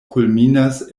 kulminas